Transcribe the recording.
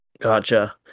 Gotcha